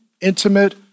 intimate